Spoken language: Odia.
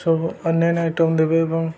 ସବୁ ଅନ୍ୟାନ୍ୟ ଆଇଟମ୍ ଦେବେ ଏବଂ